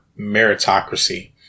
meritocracy